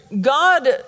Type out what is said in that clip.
God